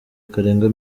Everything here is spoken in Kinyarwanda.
karenga